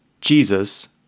Jesus